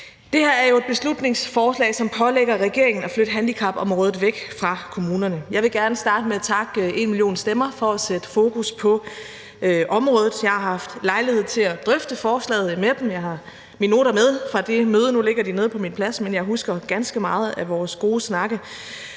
Det her er jo et beslutningsforslag, som pålægger regeringen at flytte handicapområdet væk fra kommunerne. Jeg vil gerne starte med at takke #enmillionstemmer for at sætte fokus på området. Jeg har haft lejlighed til at drøfte forslaget med dem, jeg har mine noter fra det møde med, og nu ligger de nede på min plads, men jeg husker ganske meget af vores gode snakke,